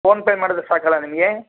PhonePe ಮಾಡಿದರೆ ಸಾಕಲ್ಲ ನಿಮಗೆ